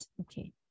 okay